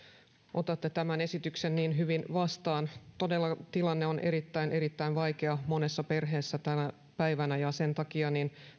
otatte tämän esityksen niin hyvin vastaan todella tilanne on erittäin erittäin vaikea monessa perheessä tänä päivänä ja sen takia